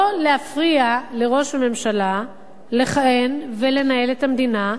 לא להפריע לראש הממשלה לכהן ולנהל את המדינה,